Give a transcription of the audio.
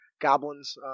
goblins